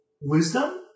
Wisdom